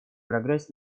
прогресс